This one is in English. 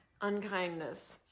unkindness